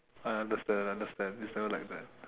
I understand I understand it's never like that